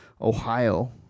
Ohio